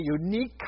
unique